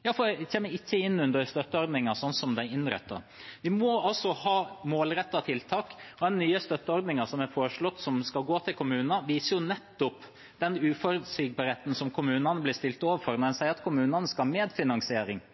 kommer ikke inn under støtteordningen slik den er innrettet. Vi må altså ha målrettede tiltak. Den nye støtteordningen som er foreslått skal gå til kommuner, viser nettopp denne uforutsigbarheten som kommunene blir stilt overfor når en sier at kommunene skal ha medfinansiering.